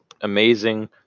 amazing